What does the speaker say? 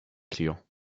clients